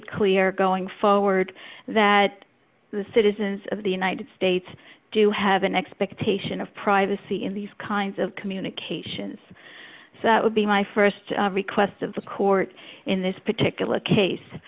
it clear going forward that the citizens of the united states do have an expectation of privacy in these kinds of communications so that would be my st request of the court in this particular case